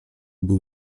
był